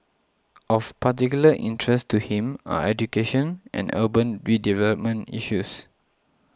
of particular interest to him are education and urban redevelopment issues